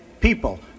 people